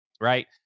right